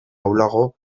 ahulago